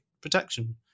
Protection